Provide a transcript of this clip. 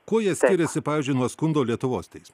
kuo jienskiriasi pavyzdžiui nuo skundo lietuvos teismui